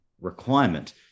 requirement